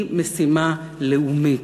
היא משימה לאומית.